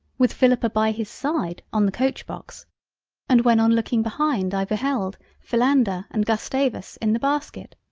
with philippa by his side, on the coachbox and when on looking behind i beheld, philander and gustavus in the basket.